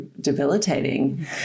debilitating